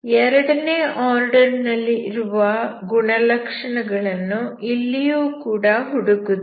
ಎರಡನೇ ಆರ್ಡರ್ ನಲ್ಲಿ ಇರುವ ಗುಣಲಕ್ಷಣಗಳನ್ನು ಇಲ್ಲಿಯೂ ಕೂಡ ಹುಡುಕುತ್ತೇವೆ